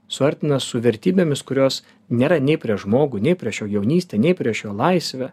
suartina su vertybėmis kurios nėra nei prieš žmogų nei prieš jo jaunystę nei prieš jo laisvę